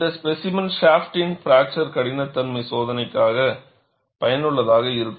இந்த ஸ்பேசிமென் ஸாஃப்டின் பிராக்சர் கடினத்தன்மை சோதனைக்கு பயனுள்ளதாக இருக்கும்